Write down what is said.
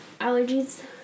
allergies